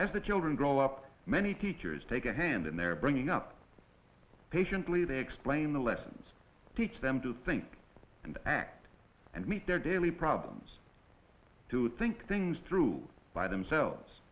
the children grow up many teachers take a hand in their bringing up patiently to explain the lessons teach them to think and act and meet their daily problems to think things through by themselves